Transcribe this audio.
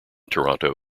toronto